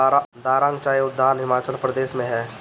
दारांग चाय उद्यान हिमाचल प्रदेश में हअ